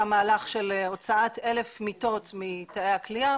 מהלך של הוצאת 1,000 מיטות מתאי הכליאה.